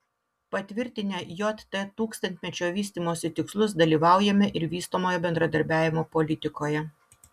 patvirtinę jt tūkstantmečio vystymosi tikslus dalyvaujame ir vystomojo bendradarbiavimo politikoje